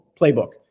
playbook